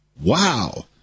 Wow